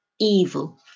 Evil